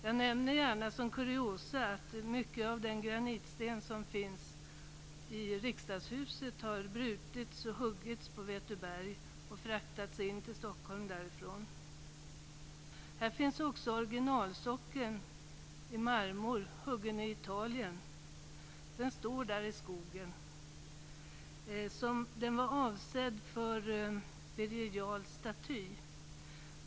Jag nämner som ett kuriosum att mycket av den granitsten som finns i Riksdagshuset har brutits och huggits på Vätöberg och därifrån fraktats in till Här står också i skogen originalsockeln, huggen i Italien i marmor, till Birger Jarls staty.